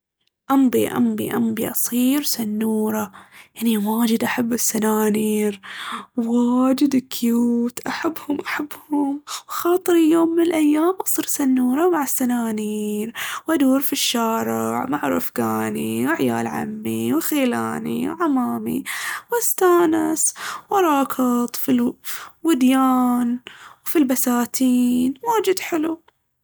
امبي امبي امبي أصير سنورة. أني واجد أحب السنانير، وااااجد كيوت أحبهم أحبهم. خاطري يوم من الأيام أصير سنورة مع السنانير وأدور في الشارع. مع رفقاني وعيال عمي وخيلاني وعمامي وأستانس وأراكض في الوديان وفي البساتين، واجد حلو.